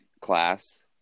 class